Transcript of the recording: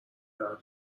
رحم